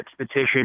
petition